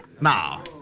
Now